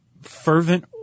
fervent